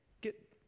get